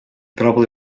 probably